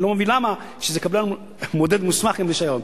אני לא מבין למה כשזה מודד מוסמך, עם רשיון.